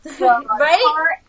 Right